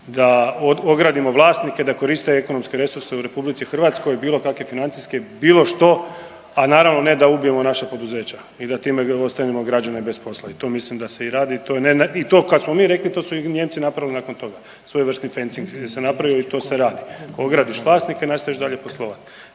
da ogradimo vlasnike da koriste ekonomske resurse u RH, bilo kakve financijske, bilo što, a naravno ne da ubijemo naša poduzeća i da time ostavimo građane bez posla i to mislim da se i radi, to je, ne, ne i to kad smo mi rekli to su i Nijemci napravili nakon toga, svojevrsni …Govornik se ne razumije/…se napravio i to se radi, ogradiš vlasnike i nastaviš dalje poslovat